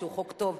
שהוא חוק טוב.